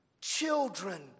Children